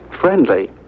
friendly